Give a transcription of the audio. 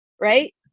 right